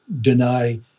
deny